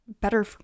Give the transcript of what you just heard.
better